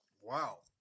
Wow